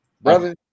brother